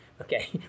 Okay